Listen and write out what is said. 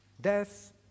Death